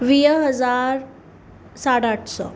वीह हज़ार साढा अठ सौ